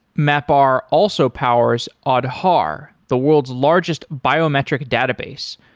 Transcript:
mapr also powers aadhaar, the world's largest biometric database,